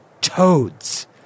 toads